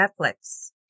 Netflix